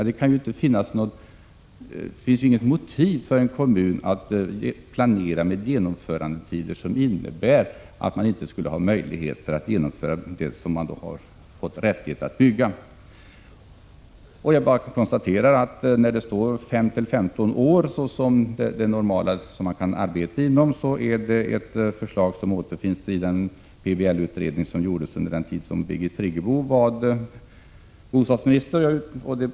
Det finns ju inget motiv för en kommun att planera med genomförandetider, som innebär att man inte skulle ha möjlighet att bygga det som man har fått rättighet till. Det står att 5-15 år är den normala tid som man kan arbeta inom. Jag konstaterar att det är ett förslag som återfinns i den PBL-utredning som gjordes under den tid då Birgit Friggebo var bostadsminister.